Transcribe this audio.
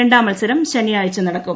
രണ്ടാം മത്സരം ശനിയാഴ്ച നടിക്കും